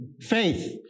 faith